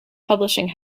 publishing